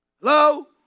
Hello